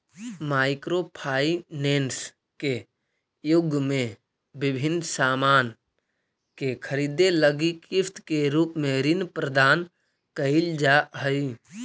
micro finance के युग में विभिन्न सामान के खरीदे लगी किस्त के रूप में ऋण प्रदान कईल जा हई